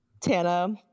Tana